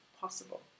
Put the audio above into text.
possible